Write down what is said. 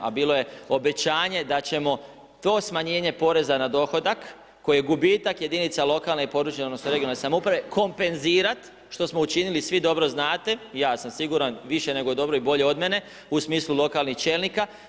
A bilo je obećanje da ćemo to smanjenje poreza na dohodak, koje je gubitak jedinica lokalne i područne, odnosno regionalne samouprave kompenzirat, što smo učinili, svi dobro znate, ja sam siguran više nego dobro i bolje od mene u smislu lokalnih čelnika.